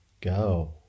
go